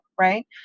right